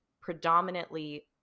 predominantly